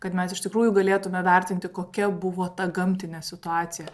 kad mes iš tikrųjų galėtume vertinti kokia buvo ta gamtinė situacija